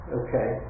okay